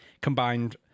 Combined